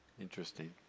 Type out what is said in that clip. Interesting